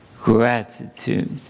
gratitude